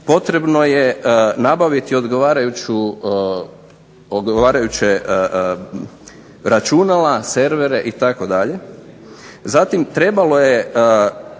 potrebno je nabaviti odgovarajuća računala, servere itd., zatim trebalo je